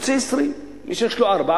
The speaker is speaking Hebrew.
רוצה 20. מי שיש לו ארבע,